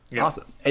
Awesome